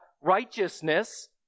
righteousness